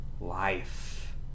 Life